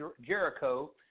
Jericho